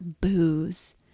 booze